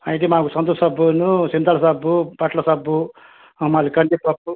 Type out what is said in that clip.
అయితే మాకు సంతూర్ సబ్బులు సింతాల్ సబ్బు బట్టల సబ్బు మళ్ళీ కందిపప్పు